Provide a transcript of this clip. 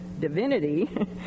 divinity